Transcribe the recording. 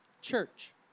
Church